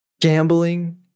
gambling